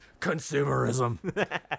Consumerism